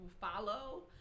follow